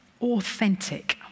authentic